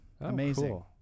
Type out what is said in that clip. Amazing